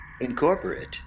incorporate